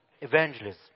evangelism